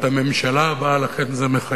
להרכיב את הממשלה הבאה, לכן זה מחייב.